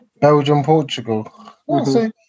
Belgium-Portugal